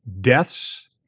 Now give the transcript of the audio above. deaths